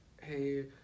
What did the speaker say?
hey